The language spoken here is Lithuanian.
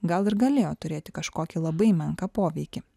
gal ir galėjo turėti kažkokį labai menką poveikį